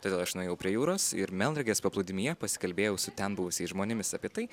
todėl aš nuėjau prie jūros ir melnragės paplūdimyje pasikalbėjau su ten buvusiais žmonėmis apie tai